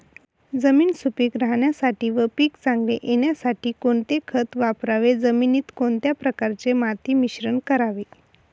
जमीन सुपिक राहण्यासाठी व पीक चांगले येण्यासाठी कोणते खत वापरावे? जमिनीत कोणत्या प्रकारचे माती मिश्रण करावे?